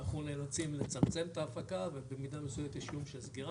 אנחנו נאלצים לצמצם את ההפקה ובמידה מסוימת יש איום של סגירה